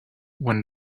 when